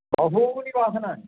बहूनि वाहनानि